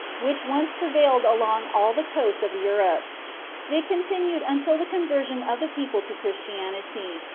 which once prevailed along all the coasts of europe they continued until the conversion of the people to christianity,